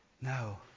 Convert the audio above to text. No